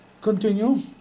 Continue